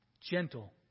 gentle